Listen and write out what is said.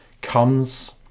comes